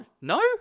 No